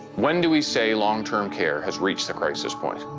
when do we say long-term care has reached a crisis point?